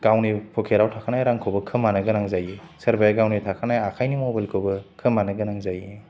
गावनि फकेटआव थाखानाय रांखौबो खोमानो गोनां जायो सोरबाया गावनि थाखानाय आखायनि मबाइलखौबो खोमानो गोनां जायो